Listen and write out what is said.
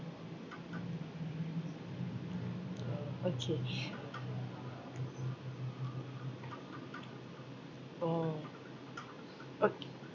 uh okay orh uh